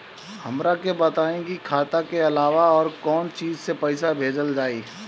हमरा के बताई की खाता के अलावा और कौन चीज से पइसा भेजल जाई?